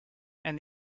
and